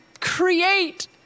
Create